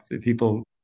people